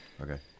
Okay